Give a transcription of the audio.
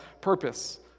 purpose